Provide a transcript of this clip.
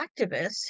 activists